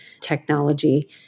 technology